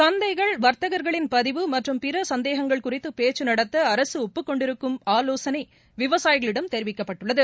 சந்தைகள் வா்த்தகா்களின் பதிவு மற்றும் பிற சந்தேகங்கள் குறித்து பேச்சு நடத்த அரசு ஒப்புக் கொண்டிருக்கும் ஆலோசனை விவசாயிகளிடம் தெரிவிக்கப்பட்டுள்ளது